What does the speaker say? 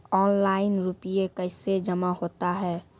Online रुपये कैसे जमा होता हैं?